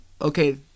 Okay